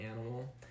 Animal